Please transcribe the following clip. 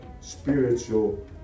spiritual